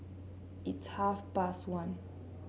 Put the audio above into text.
its half past one